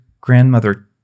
grandmother